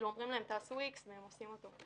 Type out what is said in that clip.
שאומרים להם 'תעשו X' והם עושים אותו.